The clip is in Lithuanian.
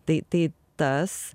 tai tai tas